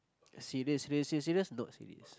serious serious serious serious not serious